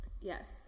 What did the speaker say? Yes